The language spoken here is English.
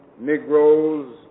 Negroes